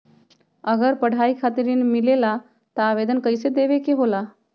अगर पढ़ाई खातीर ऋण मिले ला त आवेदन कईसे देवे के होला?